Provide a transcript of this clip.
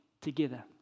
together